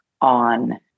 on